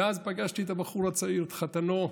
ואז פגשתי את הבחור הצעיר, את חתנו,